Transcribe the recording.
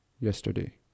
yesterday